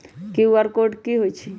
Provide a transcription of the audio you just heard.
QR code कि हई छई?